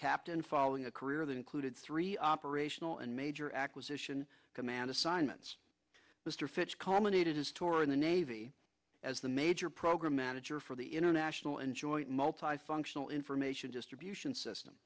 captain following a career that included three operational and major acquisition command assignments mr fitch culminated his tour in the navy as the major program manager for the international and joint multi functional information distribution system